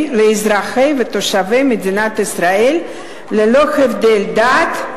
לאזרחי ותושבי מדינת ישראל ללא הבדל דת,